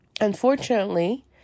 unfortunately